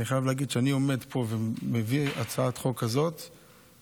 אני חייב להגיד שכשאני עומד פה ומביא הצעת חוק כזאת לתיקון,